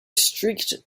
streaked